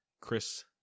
Chris